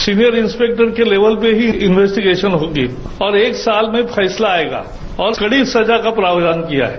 senior inspector के level पर ही इन्वेस्टीगेशन होगी और एक साल में फैसला आयेगा और कड़ी सजा का प्रावधान किया है